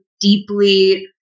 deeply